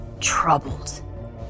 troubled